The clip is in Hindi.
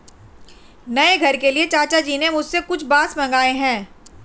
नए घर के लिए चाचा जी ने मुझसे कुछ बांस मंगाए हैं